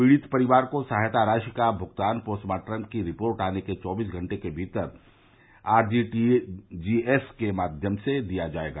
पीड़ित परिवार को सहायता राशि का भ्गतान पोस्टमार्टम की रिपोर्ट आने के चौबीस घंटे के भीतर आरटीजीएस के माध्यम से दिया जायेगा